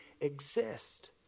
exist